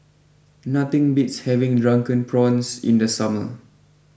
nothing beats having Drunken Prawns in the summer